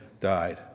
died